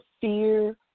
fear